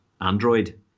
android